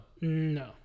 No